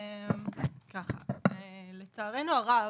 לצערנו הרב,